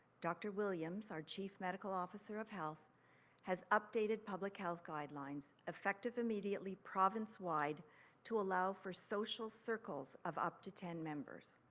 dr williams, our chief medical officer of health has updated public health guidelines effective immediately province wide to allow for social circles of up to ten members.